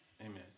Amen